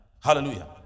Hallelujah